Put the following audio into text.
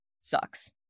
sucks